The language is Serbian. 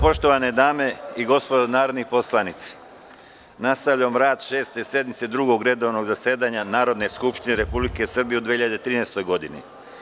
Poštovane dame i gospodo narodni poslanici, nastavljamo rad Šeste sednice Drugog redovnog zasedanja Narodne skupštine Republike Srbije u 2013. godini.